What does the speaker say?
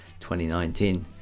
2019